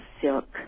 silk